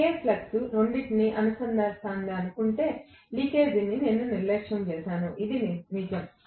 ఒకే flux రెండింటినీ అనుసంధానిస్తుందని అనుకుంటూ లీకేజీని నేను నిర్లక్ష్యం చేశాను ఇది నిజం